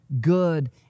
good